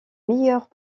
meilleures